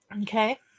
Okay